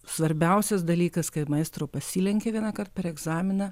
svarbiausias dalykas kai maestro pasilenkė vienąkart per egzaminą